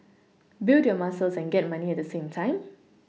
build your muscles and get money at the same time